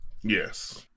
Yes